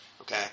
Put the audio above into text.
okay